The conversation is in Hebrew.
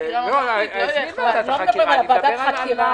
לא מדברים על ועדת החקירה.